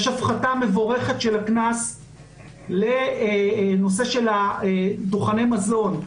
יש הפחתה מבורכת של הקנס בנושא של דוכני המזון,